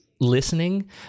Listening